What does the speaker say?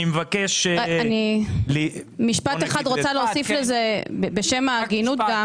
אני רוצה להוסיף בשם ההגינות.